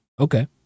Okay